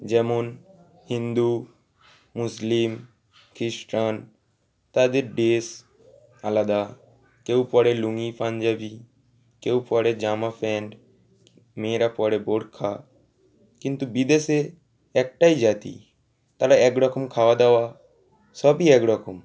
যেমন হিন্দু মুসলিম খিস্ট্রান তাদের ড্রেস আলাদা কেউ পরে লুঙি পাঞ্জাবি কেউ পরে জামা প্যান্ট মেয়েরা পরে বোরখা কিন্তু বিদেশে একটাই জাতি তারা এক রকম খাওয়া দাওয়া সবই এক রকম